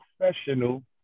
professional